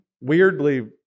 weirdly